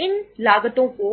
इन लागतों को